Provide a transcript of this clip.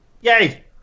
Yay